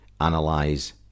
analyze